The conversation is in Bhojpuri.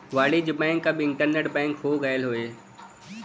वाणिज्य बैंक अब इन्टरनेट बैंक हो गयल हौ